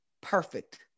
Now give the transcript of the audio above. perfect